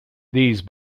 these